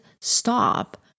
stop